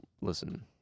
Listen